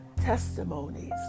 testimonies